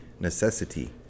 necessity